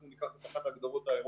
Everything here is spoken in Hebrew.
אנחנו ניקח את אחת ההגדרות האירופיות,